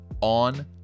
on